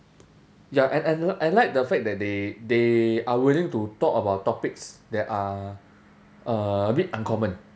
ya and and I like the fact that they they are willing to talk about topics that are uh a bit uncommon